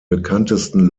bekanntesten